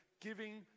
giving